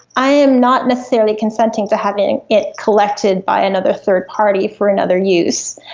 i am not necessarily consenting to having it collected by another third party for another use.